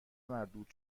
مردود